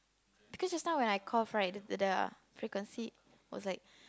because just now when I cough right the the the frequency was like